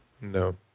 No